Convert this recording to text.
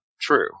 true